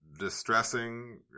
distressing